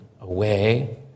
away